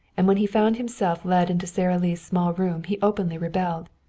and when he found himself led into sara lee's small room he openly rebelled.